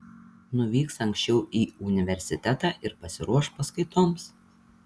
nuvyks anksčiau į universitetą ir pasiruoš paskaitoms